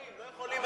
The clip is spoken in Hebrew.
לא יכולים.